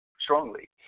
Strongly